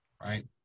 Right